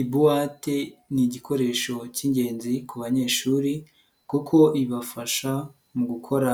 Ibuwate ni igikoresho cy'ingenzi ku banyeshuri kuko ibafasha mu gukora